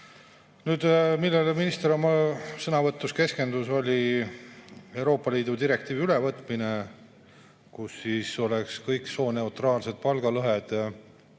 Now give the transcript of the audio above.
asjad. Millele minister oma sõnavõtus keskendus, oli Euroopa Liidu direktiivi ülevõtmine, nii et kõik sooneutraalsed palgalõhed